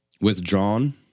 withdrawn